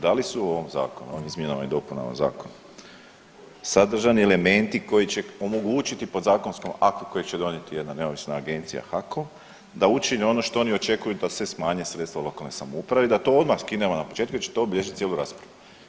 Da li su u ovom Zakonu, u ovim izmjenama i dopunama Zakona, sadržani elementi koji će omogućiti podzakonskom aktu kojeg će donijeti jedna neovisna agencija HAKOM, da učini ono što oni očekuju da se smanje sredstva lokalnoj samoupravi, da to odmah skinemo na početku jer će to obilježiti cijelu raspravu.